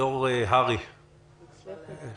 יושב-ראש הר"י (ההסתדרות הרפואית בישראל).